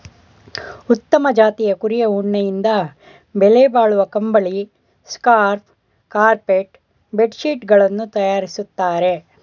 ಉತ್ತಮ ಜಾತಿಯ ಕುರಿಯ ಉಣ್ಣೆಯಿಂದ ಬೆಲೆಬಾಳುವ ಕಂಬಳಿ, ಸ್ಕಾರ್ಫ್ ಕಾರ್ಪೆಟ್ ಬೆಡ್ ಶೀಟ್ ಗಳನ್ನು ತರಯಾರಿಸ್ತರೆ